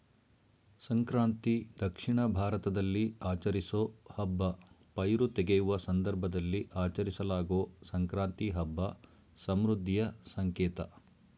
ಸಂಕ್ರಾಂತಿ ದಕ್ಷಿಣ ಭಾರತದಲ್ಲಿ ಆಚರಿಸೋ ಹಬ್ಬ ಪೈರು ತೆಗೆಯುವ ಸಂದರ್ಭದಲ್ಲಿ ಆಚರಿಸಲಾಗೊ ಸಂಕ್ರಾಂತಿ ಹಬ್ಬ ಸಮೃದ್ಧಿಯ ಸಂಕೇತ